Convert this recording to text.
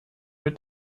mit